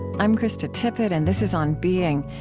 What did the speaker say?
i'm krista tippett, and this is on being.